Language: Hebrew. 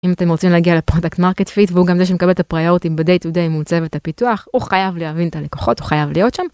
אם אתם רוצים להגיע לפרוטאקט מרקט פיט והוא גם זה שמקבל את הפריורטים בday to day מצוות הפיתוח הוא חייב להבין את הלקוחות חייב להיות שם.